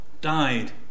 died